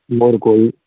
होर कोई